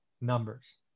numbers